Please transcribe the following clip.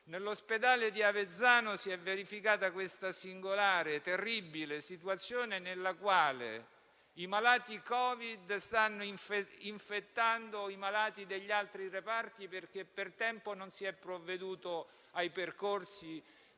Nell'ospedale di Avezzano si è verificata questa singolare, terribile situazione, nella quale i malati Covid stanno infettando i malati degli altri reparti, perché non si è provveduto per